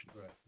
Right